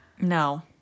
No